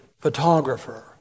photographer